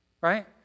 Right